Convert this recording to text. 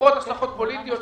למרות השלכות פוליטיות,